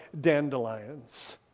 dandelions